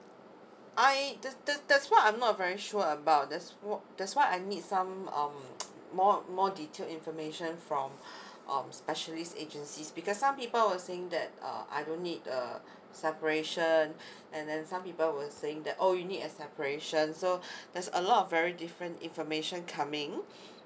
I that's that's that's why I'm not very sure about that's that's why I need some um more more detail information from um specialist agencies because some people were saying that uh I don't need a separation and then some people were saying that oh you need a separation so there's a lot of very different information coming